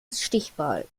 stichwahl